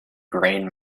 grain